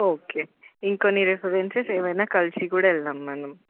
okay ఇంకొన్ని references ఏమన్న కలిసి కూడా వెళ్దాం మనం